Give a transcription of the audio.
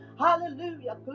hallelujah